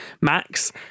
max